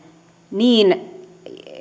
niin